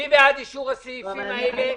מי בעד אישור הסעיפים האלה?